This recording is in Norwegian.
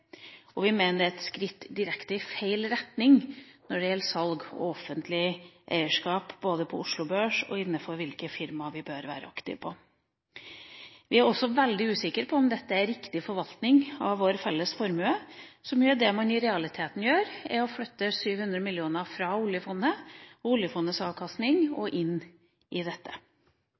Og vi mener det er et skritt direkte i feil retning når det gjelder salg og offentlig eierskap både på Oslo Børs og innenfor hvilke firmaer vi bør være aktive i. Vi er også veldig usikre på om dette er riktig forvaltning av vår felles formue. Det man i realiteten gjør, er å flytte 700 mill. kr fra oljefondet og oljefondets avkastning inn i dette.